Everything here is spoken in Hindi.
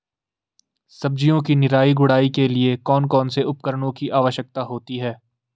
सब्जियों की निराई गुड़ाई के लिए कौन कौन से उपकरणों की आवश्यकता होती है?